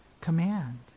command